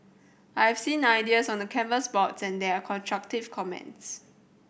I've seen ideas on the canvas boards and there are constructive comments